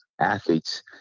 athletes